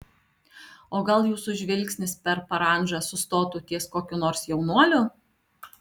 o gal jūsų žvilgsnis per parandžą sustotų ties kokiu nors jaunuoliu